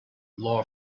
law